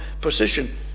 position